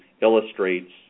illustrates